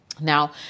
Now